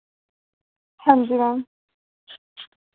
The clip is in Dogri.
हांजी मैम